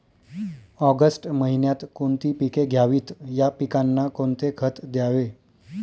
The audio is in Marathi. ऑगस्ट महिन्यात कोणती पिके घ्यावीत? या पिकांना कोणते खत द्यावे?